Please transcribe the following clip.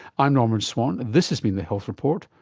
i'm norman swan, this has been the health report,